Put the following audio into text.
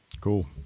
cool